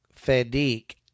Fadik